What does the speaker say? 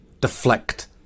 deflect